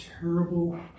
terrible